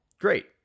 great